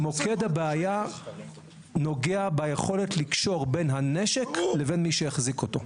מוקד הבעיה נוגע ביכולת לקשור בין הנשק לבין מי שיחזיק אותו,